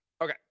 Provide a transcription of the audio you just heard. Okay